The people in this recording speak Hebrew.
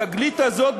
התגלית הזאת,